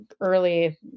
early